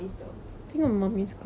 oh really